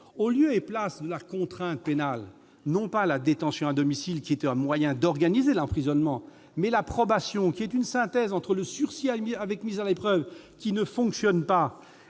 en lieu et place de la contrainte pénale, non pas la détention à domicile, qui était un moyen d'organiser l'emprisonnement, mais la probation ; cette dernière est une synthèse entre le sursis avec mise à l'épreuve, qui ne fonctionne pas,